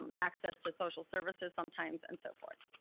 um access to social services sometimes, and so forth.